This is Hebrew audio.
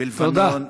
בלבנון,